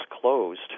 closed